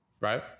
right